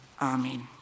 Amen